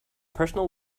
personal